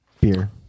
beer